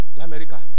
America